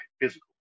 physical